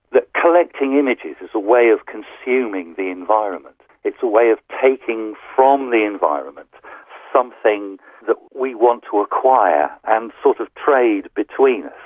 that collecting images is a way of consuming the environment, it's a way of taking from the environment something that we want to acquire and sort of trade between us.